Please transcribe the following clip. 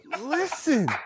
listen